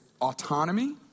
autonomy